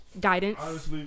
guidance